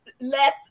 less